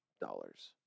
dollars